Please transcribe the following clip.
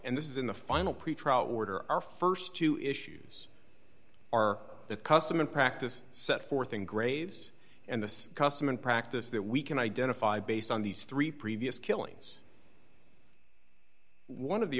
and this is in the final pretrial order our st two issues are the custom and practice set forth in graves and the custom and practice that we can identify based on these three previous killings one of the